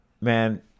man